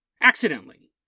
Accidentally